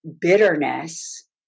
bitterness